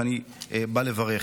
כשאני בא לברך.